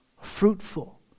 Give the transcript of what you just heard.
fruitful